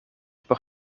por